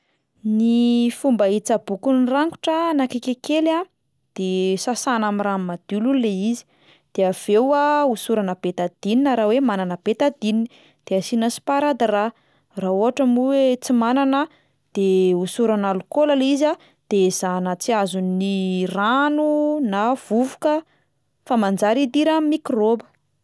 Ny fomba hitsaboako ny rangotra na kiaka kely a: de sasana amin'ny rano madio aloha le izy, de avy eo a hosorana bétadine raha hoe manana bétadine de asiana sparadrap, raha ohatra moa hoe tsy manana de hosorana alikaola le izy a de ezahana tsy azon'ny rano na vovoka fa manjary hidiran'ny mikraoba.